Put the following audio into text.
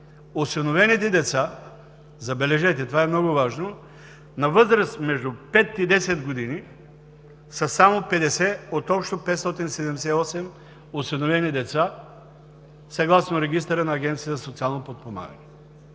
осиновените деца – забележете, това е много важно, са на възраст между 5 и 10 години и са само 50 от общо 578 осиновени деца съгласно Регистъра на Агенцията за социално подпомагане.